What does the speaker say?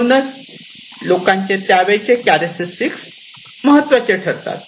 म्हणूनच लोकांचे त्यावेळेस चारक्टरिस्टीस महत्त्वाचे ठरतात